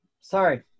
Sorry